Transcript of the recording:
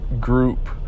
group